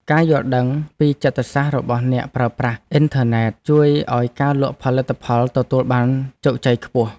ការយល់ដឹងពីចិត្តសាស្ត្ររបស់អ្នកប្រើប្រាស់អ៊ិនធឺណិតជួយឱ្យការលក់ផលិតផលទទួលបានជោគជ័យខ្ពស់។